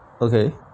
okay